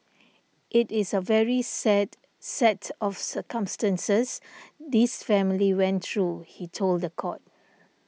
it is a very sad set of circumstances this family went through he told the court